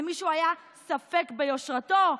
למישהו היה ספק ביושרו?